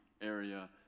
area